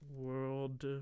world